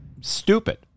stupid